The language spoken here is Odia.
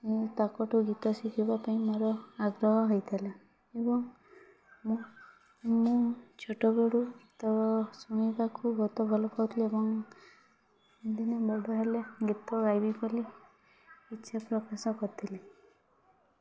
ତାଙ୍କଠୁ ଗୀତ ଶିଖିବା ପାଇଁ ମୋର ଆଗ୍ରହ ହେଇଥିଲା ଏବଂ ମୁଁ ମୁଁ ଛୋଟ ବେଳୁ ଗୀତ ଶୁଣିବାକୁ ବହୁତ ଭଲ ପାଉଥିଲି ଏବଂ ଦିନେ ମୋବାଇଲ୍ରେ ଗୀତ ଗାଇବି ବୋଲି ଇଚ୍ଛା ପ୍ରକାଶ କରିଥିଲି